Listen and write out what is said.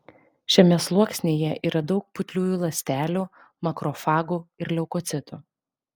šiame sluoksnyje yra daug putliųjų ląstelių makrofagų ir leukocitų